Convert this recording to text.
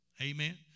Amen